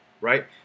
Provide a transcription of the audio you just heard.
right